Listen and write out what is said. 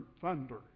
thunder